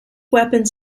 weapons